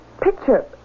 picture